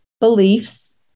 beliefs